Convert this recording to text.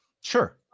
Sure